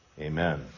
amen